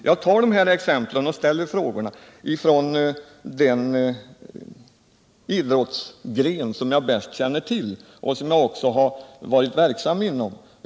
Jag tar dessa exempel och ställer frågorna med utgångspunkt i den idrottsgren jag bäst känner till och som jag också varit verksam inom.